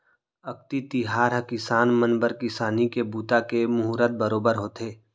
अक्ती तिहार ह किसान मन बर किसानी के बूता के मुहरत बरोबर होथे